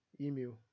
Email